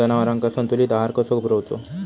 जनावरांका संतुलित आहार कसो पुरवायचो?